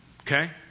Okay